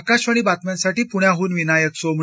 आकाशवाणी बातम्यांसाठी पुण्याहून विनायक सोमणी